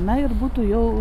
na ir būtų jau